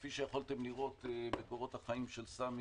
כפי שיכולתם לראות בקורות החיים של סמי,